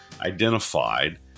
identified